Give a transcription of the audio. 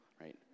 right